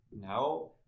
Now